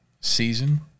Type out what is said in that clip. season